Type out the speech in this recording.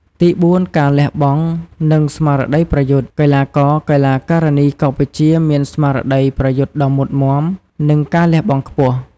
ទីបួនការលះបង់ និងស្មារតីប្រយុទ្ធ កីឡាករ-កីឡាការិនីកម្ពុជាមានស្មារតីប្រយុទ្ធដ៏មុតមាំ និងការលះបង់ខ្ពស់។